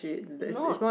no